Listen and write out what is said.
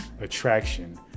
attraction